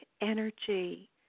energy